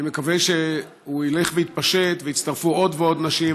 אני מקווה שהוא ילך ויתפשט ויצטרפו עוד ועוד נשים,